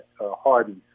Hardy